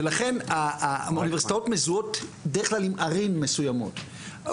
ולכן האוניברסיטאות מזוהות בדרך כלל עם ערים מסוימות.